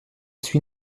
suit